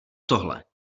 tohle